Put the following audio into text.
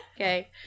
Okay